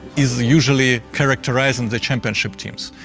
is usually characterized in championship teams.